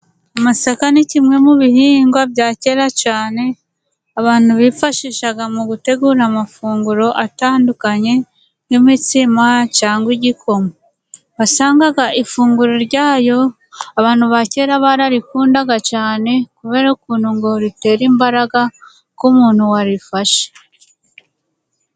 Amasaka ni kimwe mu bihingwa bya kera cyane, abantu bifashishaga mu gutegura amafunguro atandukanye nk'imitsima cyangwa igikoma. Wasangaga ifunguro ryayo abantu ba kera bararikundaga cyane kubera ukuntu ngo ritera imbaraga ku muntu warifashe.